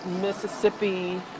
Mississippi